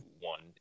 one